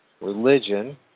religion